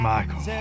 Michael